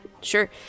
Sure